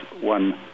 one